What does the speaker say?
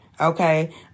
Okay